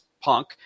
punk